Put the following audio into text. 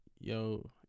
yo